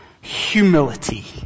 humility